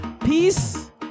peace